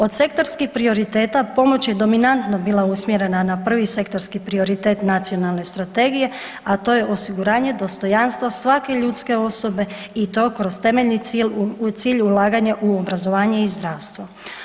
Od sektorskih prioriteta, pomoć je dominantno bila usmjerena na prvi sektorski prioritet nacionalne strategije, a to je osiguranje dostojanstva svake ljudske osobe i to kroz temeljni cilj ulaganja u obrazovanje i zdravstvo.